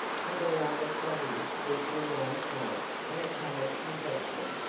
with a rather flabby, deeply-lined face and a pallid complexion,